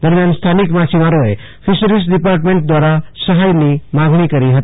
દરમિયાન સ્થાનિક માછીમારોએ ફીશરીઝ ડિપાર્ટમેન્ટ દ્વારા સહાયની માંગણી કરી હતી